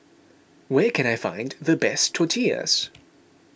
where can I find the best Tortillas